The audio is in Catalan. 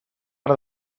ara